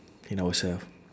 in ourselves